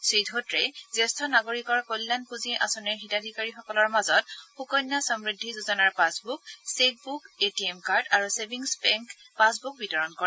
শ্ৰীধোত্ৰে জ্যেষ্ঠ নাগৰিকৰ কল্যাণ পুঁজি আঁচনিৰ হিতাধীকাৰীসকলৰ মাজত সুকন্যা সমূদ্ধি যোজনাৰ passbook cheque book ATM card আৰু চেভিংছ বেংক পাচবুক বিতৰণ কৰে